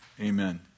Amen